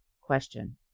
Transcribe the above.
Question